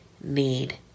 need